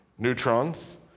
Neutrons